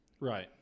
Right